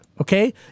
okay